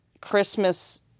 Christmas